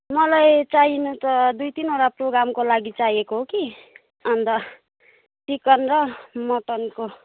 मलाई चाहिनु त दुई तिनवटा प्रोग्रामको लागि चाहिएको हो कि अन्त चिकन र मटनको